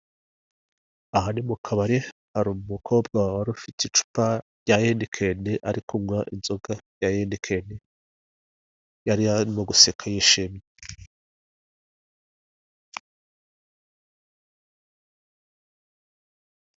Aha ni mu kabari hari umukobwa wari ufite icupa rya henikeni ari kunywa inzoga ya henikeni yararimo guseka yishimye.